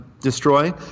destroy